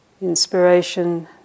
inspiration